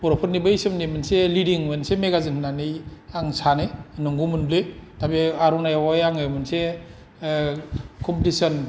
बर'फोरनि बै समनि मोनसे लिदिं मोनसे मेगाजिन होननानै आं साननो नोंगौमोनबो दा बे आर'नायावहाय आङो मोनसे कमपिटिसन